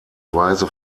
weise